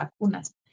vacunas